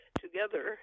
together